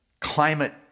climate